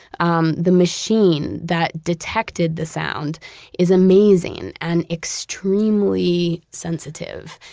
um the machine that detected the sound is amazing and extremely sensitive.